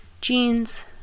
Jeans